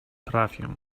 trafię